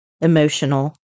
emotional